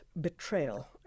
betrayal